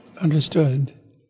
Understood